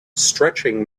stretching